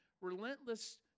relentless